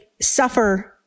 suffer